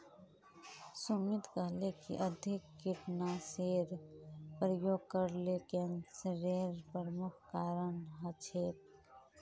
सुमित कहले कि अधिक कीटनाशेर प्रयोग करले कैंसरेर प्रमुख कारण हछेक